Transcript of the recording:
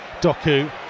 Doku